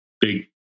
big